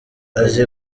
azi